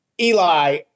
Eli